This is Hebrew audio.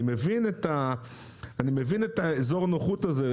אני מבין את אזור הנוחות הזה.